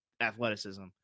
athleticism